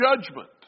judgment